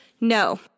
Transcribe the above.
no